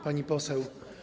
Pani Poseł!